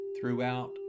throughout